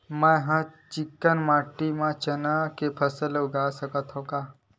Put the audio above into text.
मै ह चिकना माटी म चना के फसल उगा सकथव का?